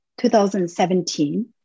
2017